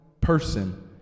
person